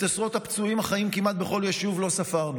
את עשרות הפצועים החיים כמעט בכל יישוב לא ספרנו.